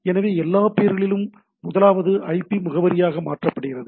எனவே எல்லா பெயர்களிலும் முதலாவது ஐபி முகவரியாக மாற்றப்படுகிறது